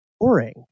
boring